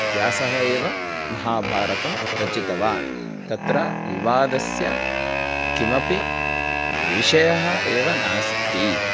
व्यासः एव महाभारतं रचितवान् तत्र विवादस्य किमपि विषयः एव नास्ति